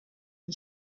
une